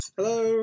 Hello